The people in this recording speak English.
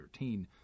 2013